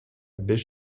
беш